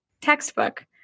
textbook